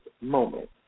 moment